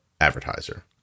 advertiser